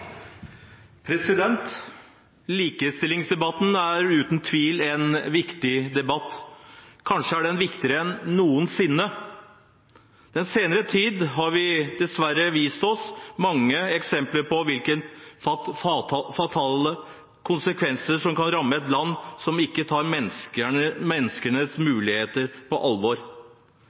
uten tvil en viktig debatt, kanskje er den viktigere enn noensinne. Den senere tid har dessverre vist oss mange eksempler på hvilke fatale konsekvenser som kan ramme et land som ikke tar menneskers muligheter på alvor,